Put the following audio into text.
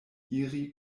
iri